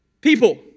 people